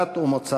דת או מוצא.